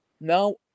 Now